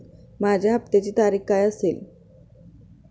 माझ्या हप्त्याची तारीख काय असेल?